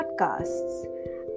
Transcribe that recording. podcasts